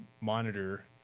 monitor